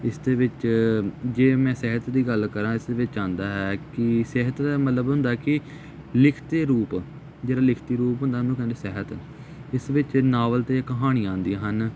ਇਸ ਦੇ ਵਿੱਚ ਜੇ ਮੈਂ ਸਾਹਿਤ ਦੀ ਗੱਲ ਕਰਾਂ ਇਸ ਵਿੱਚ ਆਉਂਦਾ ਹੈ ਕਿ ਸਾਹਿਤ ਮਤਲਬ ਹੁੰਦਾ ਕਿ ਲਿਖਤੀ ਰੂਪ ਜਿਹੜਾ ਲਿਖਤੀ ਰੂਪ ਹੁੰਦਾ ਉਹਨੂੰ ਕਹਿੰਦੇ ਸਾਹਿਤ ਇਸ ਵਿੱਚ ਨਾਵਲ ਅਤੇ ਕਹਾਣੀਆਂ ਆਉਂਦੀਆਂ ਹਨ